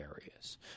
areas